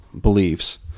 beliefs